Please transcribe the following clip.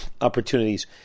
opportunities